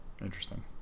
Interesting